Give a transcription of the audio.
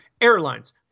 airlines